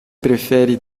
prefere